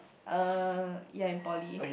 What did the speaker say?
uh ya in poly